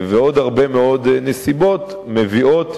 ועוד הרבה מאוד נסיבות מביאות